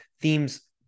themes